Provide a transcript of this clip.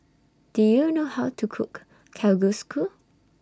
Do YOU know How to Cook Kalguksu